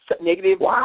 negative